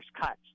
cuts